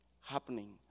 happening